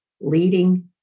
leading